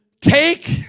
Take